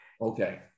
Okay